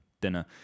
dinner